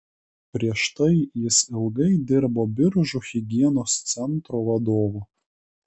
prieš tai jis ilgai dirbo biržų higienos centro vadovu